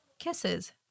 kisses